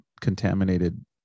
contaminated